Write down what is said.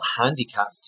handicapped